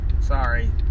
sorry